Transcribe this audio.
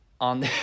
on